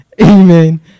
Amen